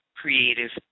creative